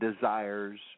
desires